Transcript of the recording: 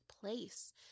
place